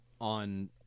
on –